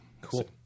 Cool